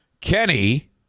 Kenny